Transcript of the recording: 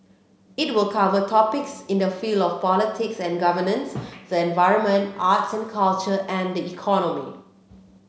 it will cover topics in the field of politics and governance the environment arts and culture and the economy